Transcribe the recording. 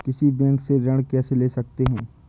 किसी बैंक से ऋण कैसे ले सकते हैं?